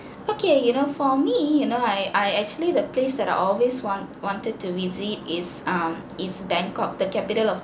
okay you know for me you know I I actually the place that I always want wanted to visit is um is bangkok the capital of